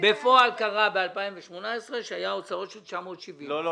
בפועל, קרה ב-2018 שהיו הוצאות של 970,000. לא.